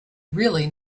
really